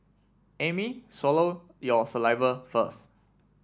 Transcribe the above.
Amy swallow your saliva first